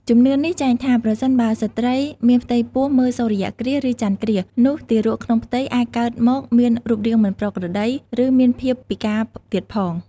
ជំនឿនេះចែងថា ប្រសិនបើស្ត្រីមានផ្ទៃពោះមើលសូរ្យគ្រាស ឬចន្ទគ្រាស នោះទារកក្នុងផ្ទៃអាចកើតមកមានរូបរាងមិនប្រក្រតី ឬមានភាពពិការទៀតផង ។